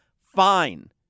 fine